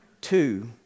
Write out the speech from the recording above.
Two